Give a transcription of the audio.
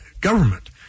government